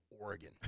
Oregon